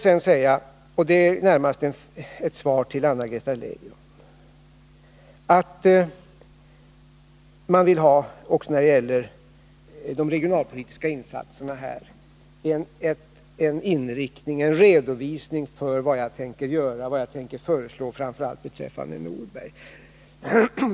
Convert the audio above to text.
Sedan närmast till Anna-Greta Leijon: Också när det gäller de regionalpolitiska insatserna vill man ha en redovisning för vad jag tänker göra och föreslå, framför allt beträffande Norberg.